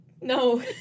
No